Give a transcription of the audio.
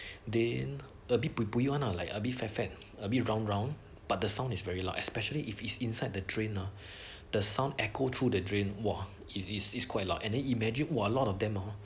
they a bit bui bui one ah like a bit fat fat a bit round round but the sound is very loud especially if it's inside the drain ah the sound echo through the drain !wah! is is is quite loud and then imagine what a lot of them hor